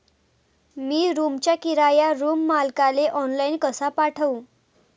मी रूमचा किराया रूम मालकाले ऑनलाईन कसा पाठवू?